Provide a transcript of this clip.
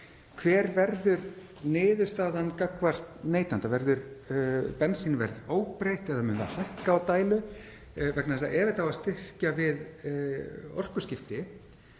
Hver verður niðurstaðan gagnvart neytanda? Verður bensínverð óbreytt eða mun það hækka á dælu? Ef þetta á að styrkja við orkuskipti